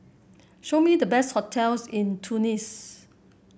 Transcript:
show me the best hotels in Tunis